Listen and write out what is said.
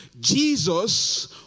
Jesus